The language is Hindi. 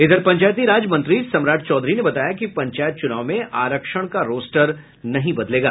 इधर पंचायती राज मंत्री सम्राट चौधरी ने बताया कि पंचायत चूनाव में आरक्षण का रोष्टर नहीं बदलेगा